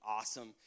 awesome